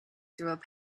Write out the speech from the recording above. through